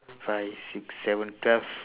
five six seven twelve